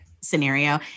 scenario